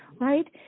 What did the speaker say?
right